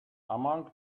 among